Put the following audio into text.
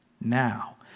now